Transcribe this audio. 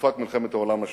בתקופת מלחמת העולם השנייה.